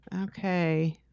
Okay